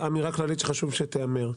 חשוב שתיאמר.